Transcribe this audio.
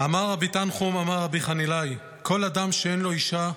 "אמר ר' תנחום אמר ר' חנילאי: כל אדם שאין לו אישה,